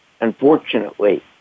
unfortunately